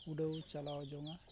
ᱩᱰᱟᱹᱣ ᱪᱟᱞᱟᱣ ᱡᱚᱝᱟ